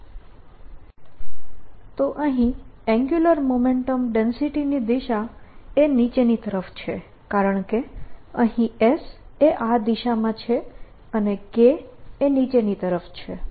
Angular Momentum DensityAbout the common axisS × Momentum Density0K2π તો અહીં angular momentum ડેન્સિટીની દિશા એ નીચેની તરફ છે કારણકે અહીં S એ આ દિશામાં છે અને K એ નીચેની તરફ છે